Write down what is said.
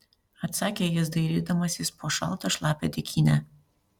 atsakė jis dairydamasis po šaltą šlapią dykynę